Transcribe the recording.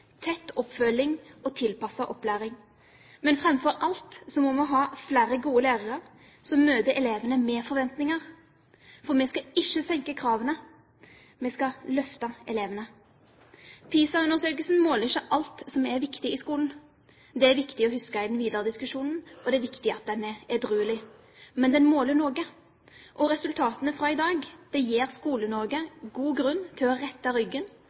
tett oppfølging og tilpasset opplæring. Men framfor alt må vi ha flere gode lærere som møter elevene med forventninger. For vi skal ikke senke kravene, vi skal løfte elevene. PISA-undersøkelsen måler ikke alt som er viktig i skolen. Det er viktig å huske i den videre diskusjonen, og det er viktig at den er edruelig. Men den måler noe. Resultatene fra i dag gir Skole-Norge god grunn til å rette ryggen,